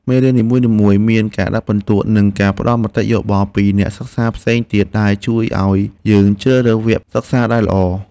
មេរៀននីមួយៗមានការដាក់ពិន្ទុ និងការផ្តល់មតិយោបល់ពីអ្នកសិក្សាផ្សេងទៀតដែលជួយឱ្យយើងជ្រើសរើសវគ្គសិក្សាដែលល្អ។